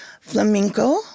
flamenco